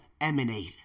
emanate